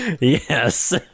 yes